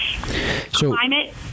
Climate